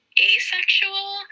asexual